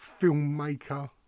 filmmaker